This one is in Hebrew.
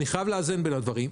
אני חייב לאזן בין הדברים.